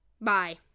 Bye